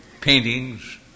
paintings